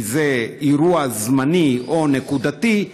כי זה אירוע זמני או נקודתי,